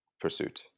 pursuit